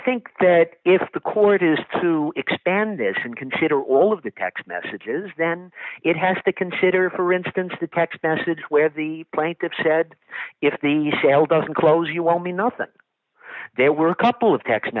think that if the court is to expand this and consider all of the text messages then it has to consider for instance the text message where the plaintiffs said if the sale doesn't close you owe me nothing there were a couple of text